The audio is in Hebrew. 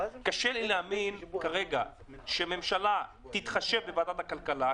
קשה לי להאמין כרגע שהממשלה תתחשב בוועדת הכלכלה,